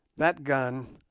that gun,